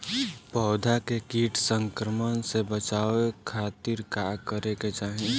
पौधा के कीट संक्रमण से बचावे खातिर का करे के चाहीं?